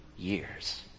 Years